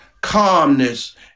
calmness